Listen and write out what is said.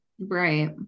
right